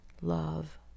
love